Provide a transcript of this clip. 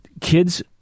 Kids